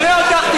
נראה אותך.